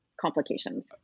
complications